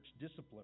discipline